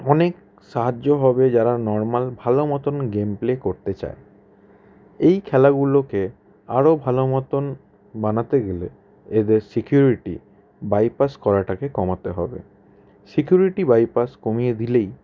অনেক সাহায্য হবে যারা নরমাল ভালো মতোন গেম প্লে করতে চায় এই খেলাগুলোকে আরও ভালো মতোন বানাতে গেলে এদের সিকিউরিটি বাইপাস করাটাকে কমাতে হবে সিকুরিটি বাইপাস কমিয়ে দিলেই